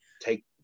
take